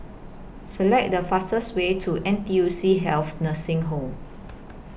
Select The fastest Way to N T U C Health Nursing Home